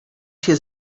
się